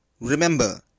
Remember